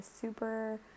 super